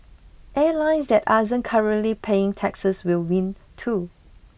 airlines that aren't currently paying taxes will win too